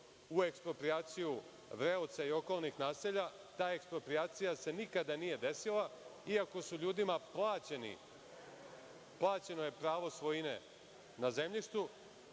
u eksproprijaciju Vreoca i okolnih naselja, ta eksproprijacija se nikada nije desila, iako su ljudima plaćeni, plaćeno je pravo svojine na zemljištu.